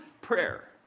prayer